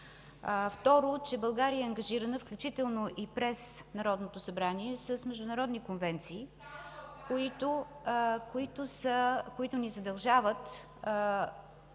Второ, че България е ангажирана, включително и през Народното събрание, с международни конвенции, които ни задължават